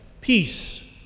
Peace